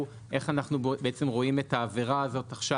איך אנחנו בעצם רואים את העבירה הזאת עכשיו,